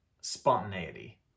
spontaneity